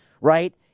right